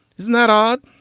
isn't that odd?